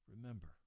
Remember